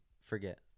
forget